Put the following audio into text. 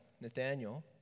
Nathaniel